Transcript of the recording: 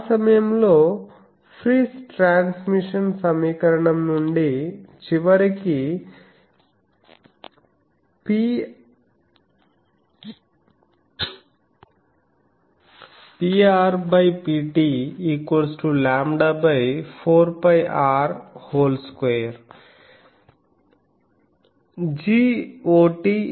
ఆ సమయంలో Friis transmission సమీకరణం నుండి చివరికి Pr Ptλ4πR2 GotGor